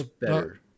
better